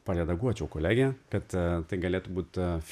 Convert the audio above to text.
paredaguočiau kolegę kad tai galėtų būt